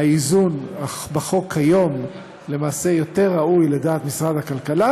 האיזון בחוק כיום למעשה יותר ראוי לדעת משרד הכלכלה.